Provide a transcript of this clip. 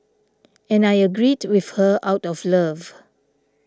and I agreed with her out of love